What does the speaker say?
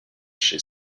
she